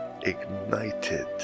ignited